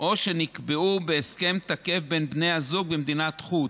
או שנקבעו בהסכם תקף בין בני הזוג במדינת חוץ.